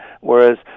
whereas